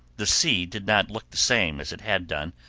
the sea did not look the same as it had done,